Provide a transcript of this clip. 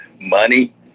Money